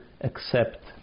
accept